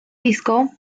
disco